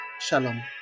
Shalom